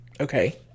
Okay